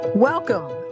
Welcome